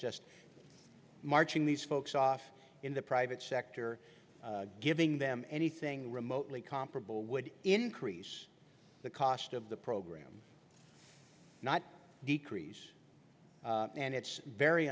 just marching these folks off in the private sector giving them anything remotely comparable would increase the cost the program not decrease and it's very